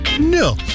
No